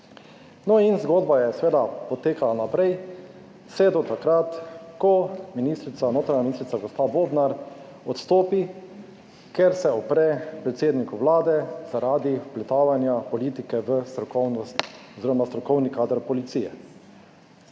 No in zgodba je seveda potekala naprej vse do takrat, ko ministrica, notranja ministrica ga. Bobnar odstopi, ker se upre predsedniku Vlade zaradi vpletanja politike v strokovnost oziroma strokovni kader policije.